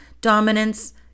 dominance